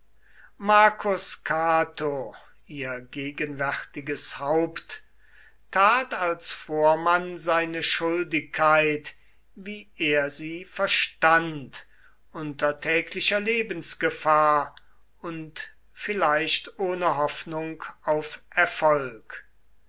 marcus cato ihr gegenwärtiges haupt tat als vormann seine schuldigkeit wie er sie verstand unter täglicher lebensgefahr und vielleicht ohne hoffnung auf erfolg